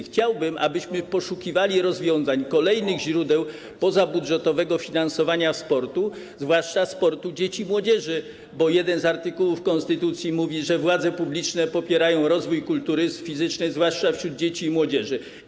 Chciałbym, abyśmy poszukiwali rozwiązań, kolejnych źródeł pozabudżetowego finansowania sportu, zwłaszcza sportu dzieci i młodzieży, bo jeden z artykułów konstytucji mówi, że władze publiczne popierają rozwój kultury fizycznej, zwłaszcza wśród dzieci i młodzieży.